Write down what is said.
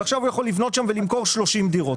ועכשיו הוא יכול לבנות שם ולמכור 30 דירות.